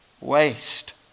waste